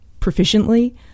proficiently